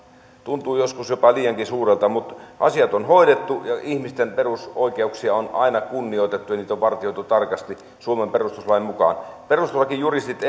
tuntuu joskus jopa liiankin suurelta mutta asiat on hoidettu ja ihmisten perusoikeuksia on aina kunnioitettu ja niitä on vartioitu tarkasti suomen perustuslain mukaan perustuslakijuristit